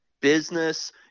business